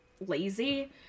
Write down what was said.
lazy